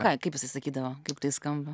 ką kaip jisai sakydavo kaip tai skamba